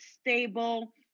stable